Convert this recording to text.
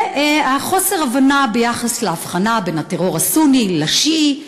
וחוסר ההבנה ביחס להבחנה בין הטרור הסוני לשיעי,